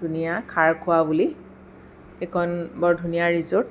ধুনীয়া খাৰ খোৱা বুলি সেইখন বৰ ধুনীয়া ৰিজ'ৰ্ট